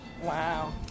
Wow